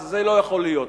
זה לא יכול להיות.